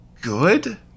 Good